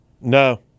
No